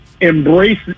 embrace